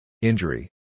Injury